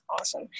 awesome